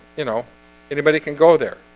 you know anybody can go there.